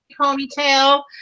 ponytail